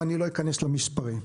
ואני לא אכנס למספרים.